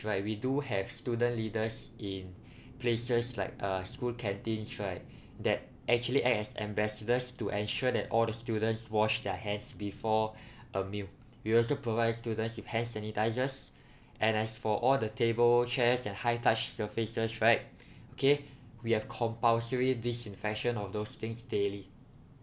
right we do have student leaders in place just like uh school canteens right that actually act as ambassadors to ensure that all the students wash their hands before a meal we also provide students with hand sanitisers and as for all the table chairs and high touched surfaces right okay we have compulsory disinfection of those things daily